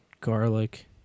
garlic